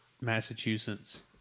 Massachusetts